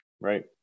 Right